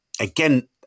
again